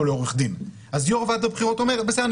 לעורך דין אז יו"ר ועדת הבחירות אומר: בסדר,